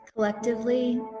Collectively